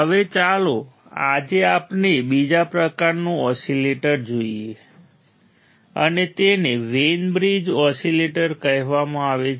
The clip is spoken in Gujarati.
હવે ચાલો આજે આપણે બીજા પ્રકારનું ઓસીલેટર જોઈએ અને તેને વેઇન બ્રિજ ઓસિલેટર કહેવામાં આવે છે